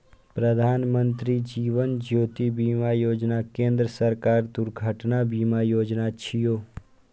प्रधानमत्री जीवन ज्योति बीमा योजना केंद्र सरकारक दुर्घटना बीमा योजना छियै